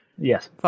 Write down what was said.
Yes